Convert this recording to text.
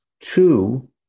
two